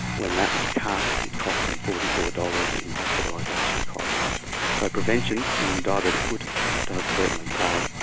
when that was cut it cost them forty four dollars in hospitalisation costs. so prevention in diabetic foot does certainly pay.